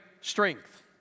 strength